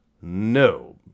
No